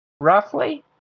roughly